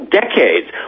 decades